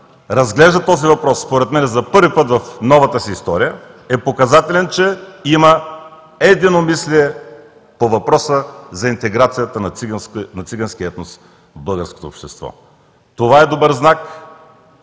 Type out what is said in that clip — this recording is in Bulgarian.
разглежда този въпрос, според мен за първи път в новата си история, е показателен, че има единомислие по въпроса за интеграцията на циганския етнос в българското общество. Това е добър знак,